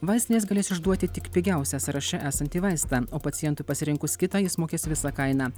vaistinės galės išduoti tik pigiausią sąraše esantį vaistą o pacientui pasirinkus kitą jis mokės visą kainą